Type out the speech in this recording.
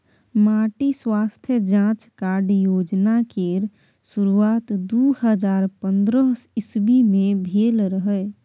माटि स्वास्थ्य जाँच कार्ड योजना केर शुरुआत दु हजार पंद्रह इस्बी मे भेल रहय